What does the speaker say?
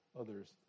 others